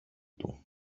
του